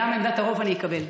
גם את עמדת הרוב אני אקבל,